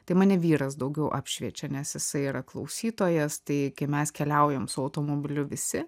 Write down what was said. tai mane vyras daugiau apšviečia nes jisai yra klausytojas tai kai mes keliaujam su automobiliu visi